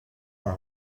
are